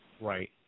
Right